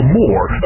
more